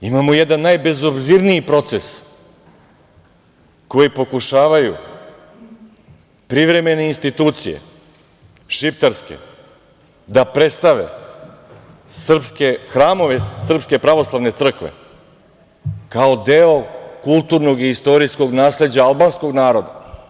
Imamo jedan najbezobzirniji proces koji pokušavaju privremene institucije, šiptarske, da predstave hramove Srpske pravoslavne crkve kao deo kulturnog i istorijskog nasleđa albanskog naroda.